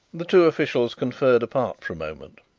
the two officials conferred apart for a moment.